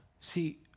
See